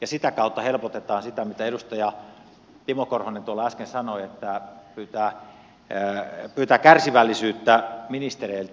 ja sitä kautta helpotetaan sitä mistä edustaja timo korhonen tuolla äsken sanoi että pyytää kärsivällisyyttä ministereiltä